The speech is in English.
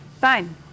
Fine